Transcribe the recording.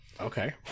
Okay